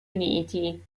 uniti